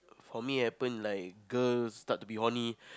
for me it happen like girls start to be horny